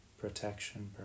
protection